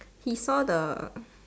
he saw the